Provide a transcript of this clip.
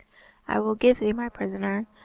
i will give thee my prisoner,